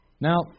Now